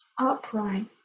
upright